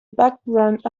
background